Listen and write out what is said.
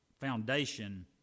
foundation